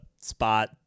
spot